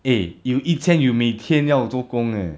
eh you 一千 you 每天要做工 leh